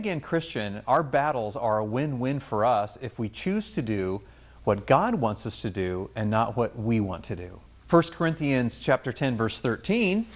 again christian our battles are a win win for us if we choose to do what god wants us to do and not what we want to do first corinthians chapter ten verse thirteen